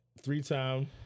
Three-time